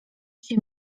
się